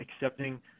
accepting